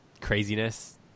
craziness